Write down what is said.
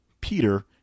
Peter